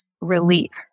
relief